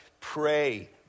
Pray